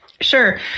Sure